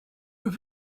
were